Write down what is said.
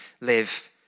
live